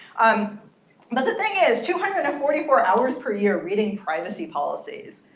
um but the thing is two hundred and forty four hours per year reading privacy policies.